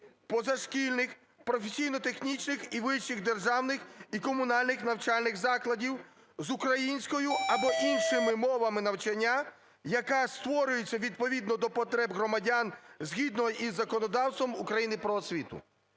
позашкільних, професійно-технічних і вищих державних і комунальних навчальних закладів з українською або іншими мовами навчання, яка створюється відповідно до потреб громадян згідно із законодавством України про освіту".